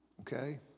okay